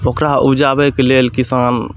ओकरा उपजाबैके लेल किसान